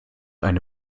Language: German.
eine